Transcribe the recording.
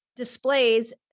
Displays